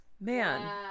man